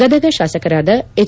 ಗದಗ ಶಾಸಕರಾದ ಎಚ್